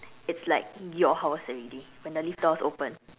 it's like your house already when the lift door is open